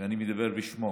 ואני מדבר בשמו,